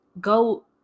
Go